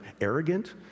arrogant